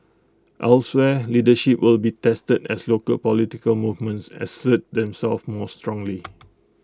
elsewhere leadership will be tested as local political movements assert themselves more strongly